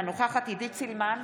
אינה נוכחת עידית סילמן,